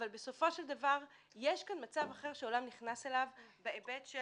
אבל בסופו של דבר יש כאן מצב אחר שהעולם נכנס אליו בהיבט של